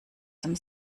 dem